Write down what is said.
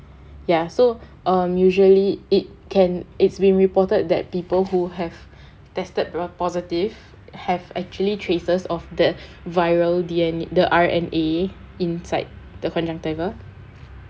ya so um usually it can it's been reported that people who have tested po~ positive have actually traces of the viral D_N the R_N_A inside the honja thaivar